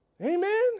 Amen